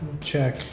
check